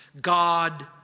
God